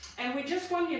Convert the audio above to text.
and we just want, you